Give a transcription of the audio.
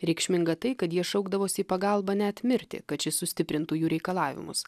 reikšminga tai kad jie šaukdavosi į pagalbą net mirtį kad šis sustiprintų jų reikalavimus